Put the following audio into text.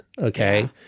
okay